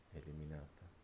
eliminata